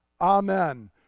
amen